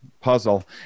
puzzle